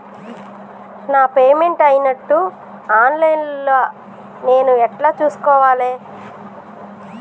నా పేమెంట్ అయినట్టు online లా నేను ఎట్ల చూస్కోవాలే?